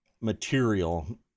material